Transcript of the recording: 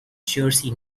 jersey